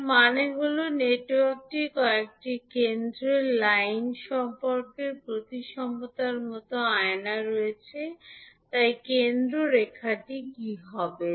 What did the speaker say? এর মানে হল যে নেটওয়ার্কটি কয়েকটি কেন্দ্রের লাইন সম্পর্কে প্রতিসামতার মতো আয়না রয়েছে তাই কেন্দ্র রেখাটি কী হবে